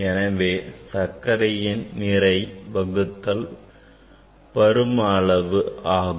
எனவே சர்க்கரையின் நிறை வகுத்தல் பருமஅளவு ஆகும்